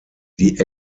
die